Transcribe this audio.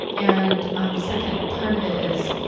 and, on the second part of it is,